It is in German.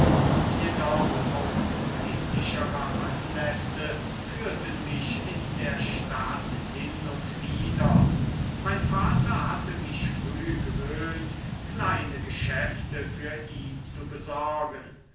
jedoch auch friedlichere anlässe führten mich in der stadt hin und wider mein vater hatte mich früh gewöhnt kleine geschäfte für ihn zu besorgen